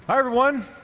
hi everyone!